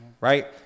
right